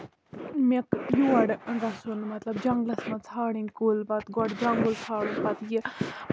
مےٚ یورٕ گژھُن مطلب جَنگلَس منٛز ژھانٛڈٕنۍ کُلۍ پَتہٕ گۄڈٕ جَنگُل ژارُن پَتہٕ یہِ